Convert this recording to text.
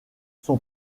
son